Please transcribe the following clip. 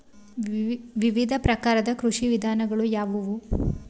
ವಿವಿಧ ಪ್ರಕಾರದ ಕೃಷಿ ವಿಧಾನಗಳು ಯಾವುವು?